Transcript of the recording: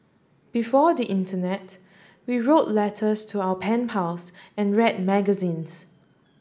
before the internet we wrote letters to our pen pals and read magazines